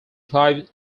five